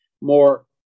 more